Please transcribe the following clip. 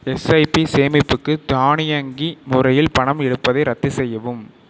SIP சேமிப்புக்குத் தானியங்கி முறையில் பணம் எடுப்பதை ரத்து செய்யவும்